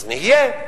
אז נהיה.